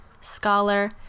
scholar